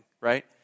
right